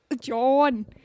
John